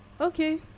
Okay